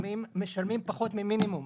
מהיזמים משלמים פחות ממינימום.